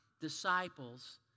disciples